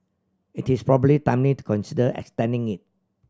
it is probably timely to consider extending it